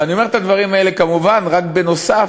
ואני אומר את הדברים האלה כמובן רק נוסף